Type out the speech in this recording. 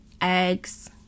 eggs